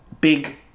big